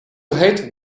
hate